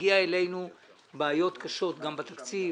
מגיעות אלינו בעיות קשות גם בתקציב,